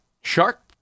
Shark